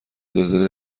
زلزله